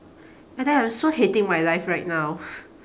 I tell you I am so hating my life right now